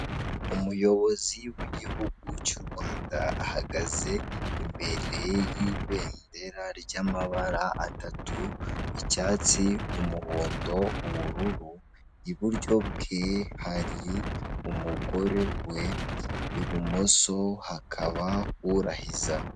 Umuyobozi w'igihugu cy'u Rwanda ahagaze imbere y'ibendera ry'amabara atatu; icyatsi, umuhondo, ubururu. Iburyo bwe hari umugore we, ibumoso hakaba urahiza.